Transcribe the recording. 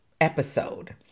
episode